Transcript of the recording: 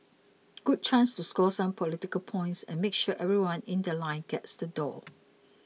good chance to score some political points and make sure everyone in The Line gets the doll